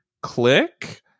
click